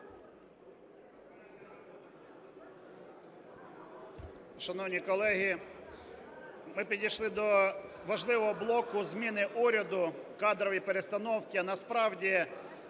Шановні колеги, ми підійшли до важливого блоку – зміни уряду, кадрові перестановки. Насправді